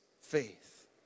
faith